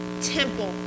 temple